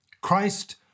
Christ